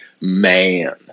man